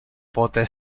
pote